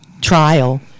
trial